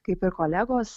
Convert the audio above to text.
kaip ir kolegos